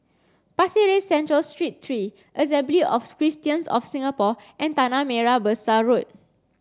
Pasir Ris Central Street three Assembly of Christians of Singapore and Tanah Merah Besar Road